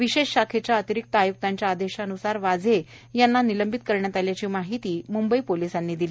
विशेष शाखेच्या अतिरिक्त आय्क्तांच्या आदेशान्सार वाझे यांना निलंबित करण्यात आल्याची माहिती मुंबई पोलिसांनी दिली